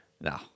No